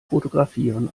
fotografieren